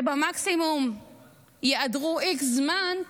שבמקסימום ייעדרו x זמן,